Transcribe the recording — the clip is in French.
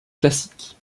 classiques